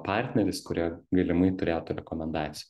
partneriais kurie galimai turėtų rekomendacijų